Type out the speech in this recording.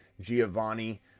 giovanni